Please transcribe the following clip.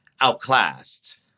outclassed